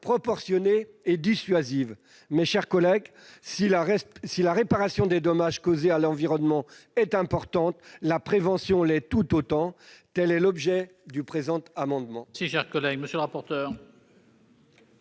proportionnées et dissuasives. Mes chers collègues, si la réparation des dommages causés à l'environnement est importante, la prévention l'est tout autant ! Quel est l'avis de la commission